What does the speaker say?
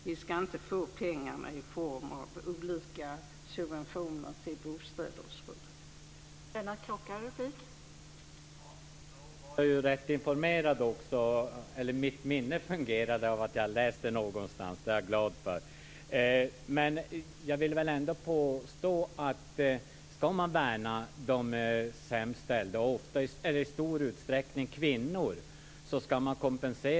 Vi ska inte få pengar i form av olika subventioner till bostäder osv.